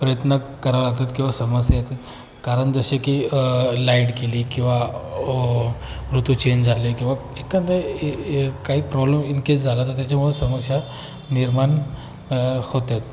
प्रयत्न करावं लागतात किंवा समस्या येतं कारण जसे की लाईट गेली किंवा ऋतू चेंज झाले किंवा एखादं ए ए काही प्रॉब्लेम इनकेस झाला तर त्याच्यामुळं समस्या निर्माण होत्या